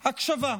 הקשבה.